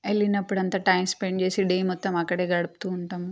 వెళ్ళినప్పుడు అంత time spend చేసి డే మొత్తం అక్కడే గడుపుతూ ఉంటాం